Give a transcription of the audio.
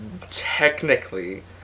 technically